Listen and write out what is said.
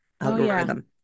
algorithm